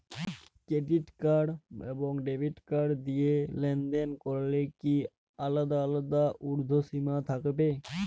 Credit card এবং debit card দিয়ে লেনদেন করলে কি আলাদা আলাদা ঊর্ধ্বসীমা থাকবে?